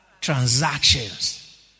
transactions